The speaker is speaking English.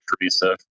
Teresa